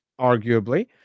arguably